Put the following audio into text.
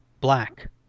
black